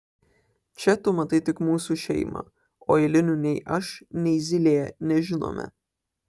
čia tu matai tik mūsų šeimą o eilinių nei aš nei zylė nežinome